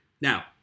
Now